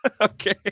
Okay